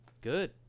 Good